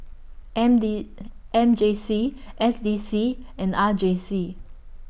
M D M J C S D C and R J C